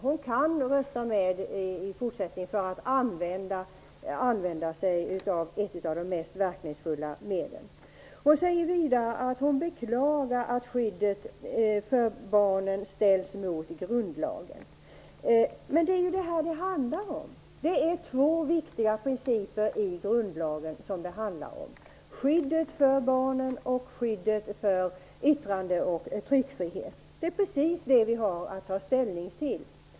Hon kan rösta för möjligheten att kunna använda sig av ett av de mest verkningsfulla medlen. Vidare säger Inger René att hon beklagar att skyddet för barnen ställs mot grundlagen. Men det är ju detta som det handlar om! Det gäller två viktiga principer i grundlagen: skyddet för barn och skyddet för yttrande och tryckfrihet. Det är precis det som vi har att ta ställning till.